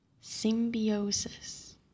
Symbiosis